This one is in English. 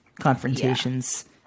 confrontations